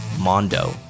Mondo